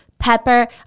Pepper